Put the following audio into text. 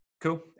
Cool